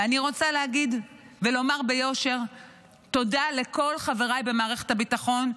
ואני רוצה להגיד ולומר ביושר תודה לכל חבריי במערכת הביטחון,